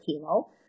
kilo